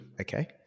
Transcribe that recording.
Okay